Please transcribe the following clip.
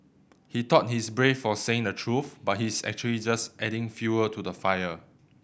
he thought he's brave for saying the truth but he's actually just adding fuel to the fire